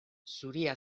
zuria